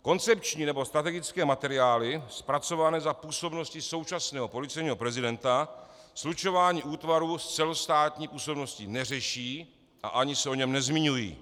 Koncepční nebo strategické materiály, zpracované za působnosti současného policejního prezidenta, slučování útvarů s celostátní působností neřeší a ani se o něm nezmiňují.